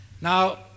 Now